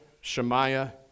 Shemaiah